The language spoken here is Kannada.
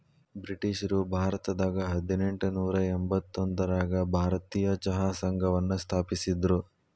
ಬ್ರಿಟಿಷ್ರು ಭಾರತದಾಗ ಹದಿನೆಂಟನೂರ ಎಂಬತ್ತೊಂದರಾಗ ಭಾರತೇಯ ಚಹಾ ಸಂಘವನ್ನ ಸ್ಥಾಪಿಸಿದ್ರು